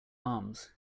arms